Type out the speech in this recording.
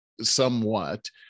somewhat